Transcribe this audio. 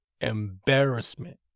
embarrassment